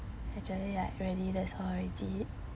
actually like really that's all already